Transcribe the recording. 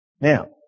Now